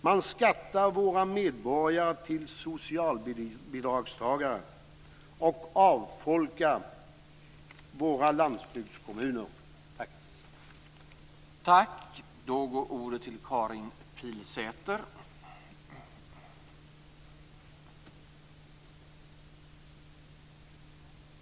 Man skattar våra medborgare till socialbidragstagare och avfolkar våra landsbygdskommuner. Tack!